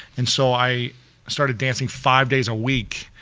and so i started dancing five days a week.